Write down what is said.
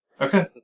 Okay